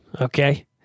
okay